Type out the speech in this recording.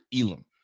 Elam